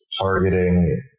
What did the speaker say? targeting